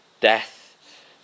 death